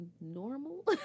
normal